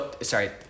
sorry